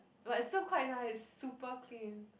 but it's still quite nice super clean